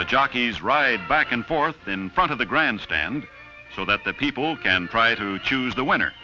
the jockeys ride back and forth in front of the grandstand so that the people can pride to choose the winner